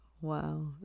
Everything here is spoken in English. wow